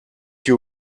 you